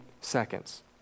seconds